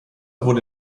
wurde